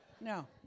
No